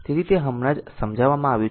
તેથી તે હમણાં જ સમજાવવામાં આવ્યું છે